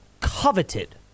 coveted